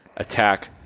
Attack